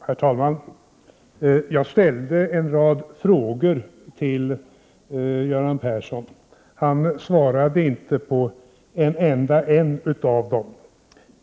Herr talman! Jag ställde en rad frågor till Göran Persson. Han svarade inte på en enda av dem.